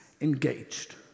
engaged